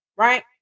Right